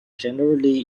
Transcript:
generally